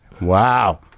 wow